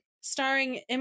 starring